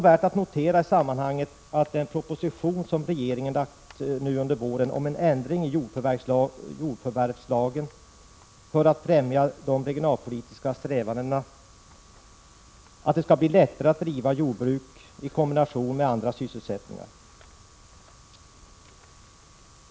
Värd att notera i sammanhanget är också den proposition som regeringen lagt fram under våren om en ändring i jordförvärvslagen för att främja de regionalpolitiska strävandena att det skall bli lättare att driva jordbruk i kombination med andra sysselsättningar.